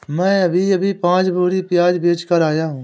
मैं अभी अभी पांच बोरी प्याज बेच कर आया हूं